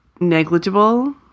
negligible